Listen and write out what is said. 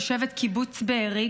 תושבת קיבוץ בארי,